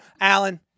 Alan